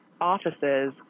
offices